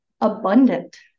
abundant